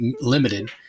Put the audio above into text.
limited